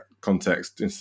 context